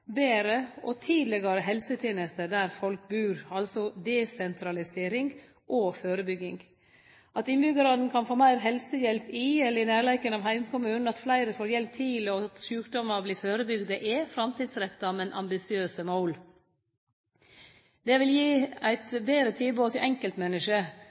betre og tidlegare helsetenester der folk bur, altså desentralisering og førebygging. At innbyggjarane kan få meir helsehjelp i – eller i nærleiken av – heimkommunen, at fleire får hjelp tidleg, og at sjukdommar vert førebygde, er framtidsretta, men ambisiøse mål. Dette vil gi eit betre tilbod til enkeltmenneske,